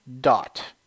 dot